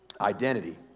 identity